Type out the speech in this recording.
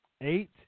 Eight